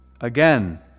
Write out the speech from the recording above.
again